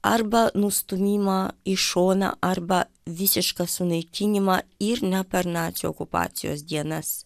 arba nustūmimą į šoną arba visišką sunaikinimą ir ne per nacių okupacijos dienas